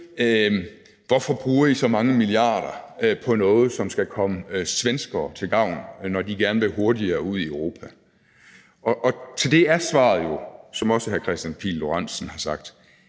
Hvorfor bruger I så mange milliarder på noget, som skal komme svenskere til gavn, når de gerne vil hurtigere ud i Europa? Til det er svaret jo, som hr. Kristian Pihl Lorentzen også har sagt: